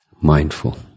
mindful